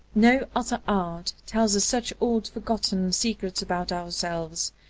no other art tells us such old forgotten secrets about ourselves.